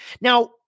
now